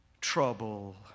trouble